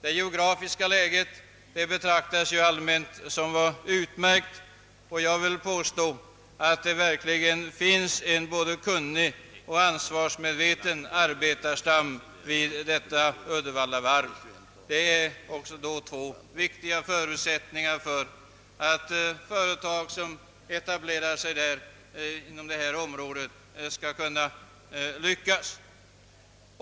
Det geografiska läget betraktas allmänt såsom utmärkt, och jag vill påstå, att det verkligen finns en både kunnig och ansvarsmedveten arbetarstam vid Uddevallavarvet, alltså två viktiga förutsättningar för att ett företag, som etablerar sig inom detta område, skall kunna lyckas.